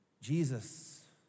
Jesus